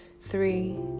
three